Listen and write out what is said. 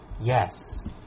Yes